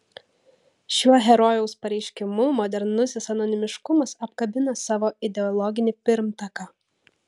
šiuo herojaus pareiškimu modernusis anonimiškumas apkabina savo ideologinį pirmtaką